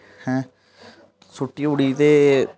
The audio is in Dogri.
सुट्टी ओड़ी ते